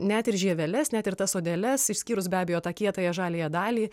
net ir žieveles net ir tas odeles išskyrus be abejo tą kietąją žaliąją dalį